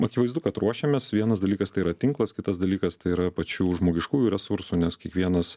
akivaizdu kad ruošiamės vienas dalykas tai yra tinklas kitas dalykas tai yra pačių žmogiškųjų resursų nes kiekvienas